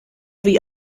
wie